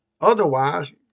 otherwise